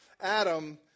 Adam